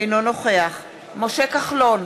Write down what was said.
אינו נוכח משה כחלון,